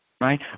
right